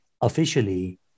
officially